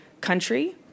country